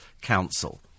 council